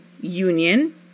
union